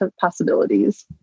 possibilities